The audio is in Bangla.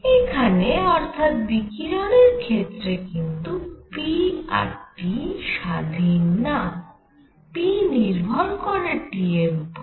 এখানে অর্থাৎ বিকিরণের ক্ষেত্রে কিন্তু p আর T স্বাধীন না p নির্ভর করে T এর উপরে